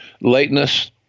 lateness